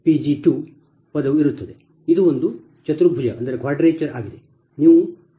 ಅದು ಒಂದು ಚತುರ್ಭುಜವಾಗಿದೆ